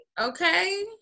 Okay